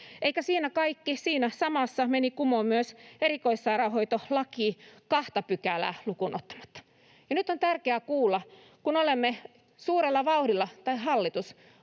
kaikki: siinä samassa meni kumoon myös erikoissairaanhoitolaki kahta pykälää lukuun ottamatta. Ja nyt on tärkeää kuulla, kun olemme saaneet suurella vauhdilla — tai hallitus